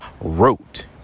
wrote